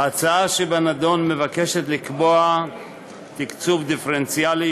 ההצעה שבנדון מבקשת לקבוע תקצוב דיפרנציאלי